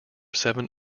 seven